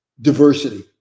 diversity